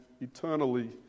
eternally